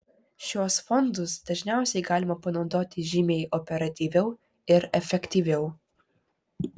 šiuos fondus dažniausiai galima panaudoti žymiai operatyviau ir efektyviau